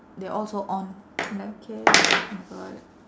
they all so on like okay oh my god